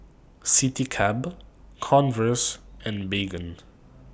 Citycab Converse and Baygon